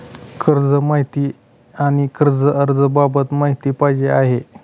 कर्ज माहिती आणि कर्ज अर्ज बाबत माहिती पाहिजे आहे